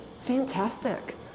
fantastic